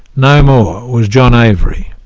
no more', was john avery.